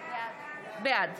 בעד